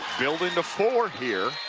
building to four here.